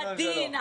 עדין,